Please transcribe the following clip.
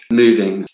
moving